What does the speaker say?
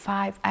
Five